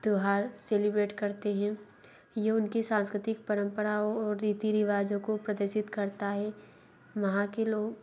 त्यौहार सेलिब्रेट करते हैं ये उनकी सांस्कृतिक परंपराओं रीति रिवाजों को प्रदर्शित करता है वहाँ के लोग